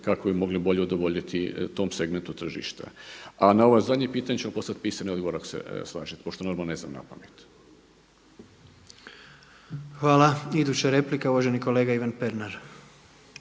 kako bi mogli bolje udovoljiti tom segmentu tržišta. A na ovo zadnje pitanje ćemo poslati pisani odgovor, ako se slažete, pošto normalno ne znam na pamet. **Jandroković, Gordan (HDZ)** Hvala. Iduća replika uvaženi kolega Ivan Pernar.